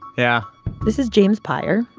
yeah this is james peyer,